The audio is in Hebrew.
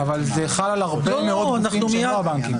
אבל, זה חל על הרבה מאוד גופים שה לא הבנקים.